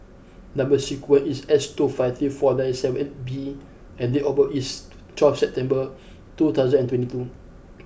number sequence is S two five three four nine seven eight B and date of birth is twelfth September two thousand and twenty two